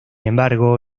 embargo